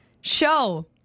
Show